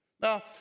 Now